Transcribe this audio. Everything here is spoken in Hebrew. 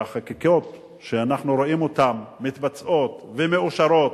שהחקיקות שאנחנו רואים אותן מתבצעות ומאושרות,